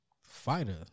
fighter